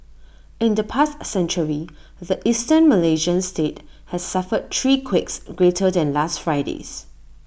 in the past century the Eastern Malaysian state has suffered three quakes greater than last Friday's